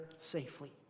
safely